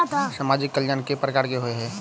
सामाजिक कल्याण केट प्रकार केँ होइ है?